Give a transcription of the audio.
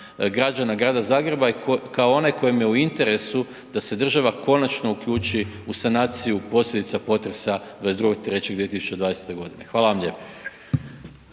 građana Grada Zagreba i kao onaj kojem je u interesu da se država konačno uključi u sanaciju posljedica potresa 22.3.2020.g. Hvala vam lijepo.